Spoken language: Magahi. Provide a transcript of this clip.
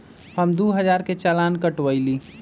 हम दु हजार के चालान कटवयली